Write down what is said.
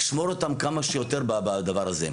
שמור אותם כמה שיותר בדבר הזה.